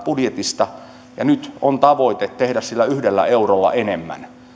budjetista ja nyt on tavoite tehdä sillä yhdellä eurolla enemmän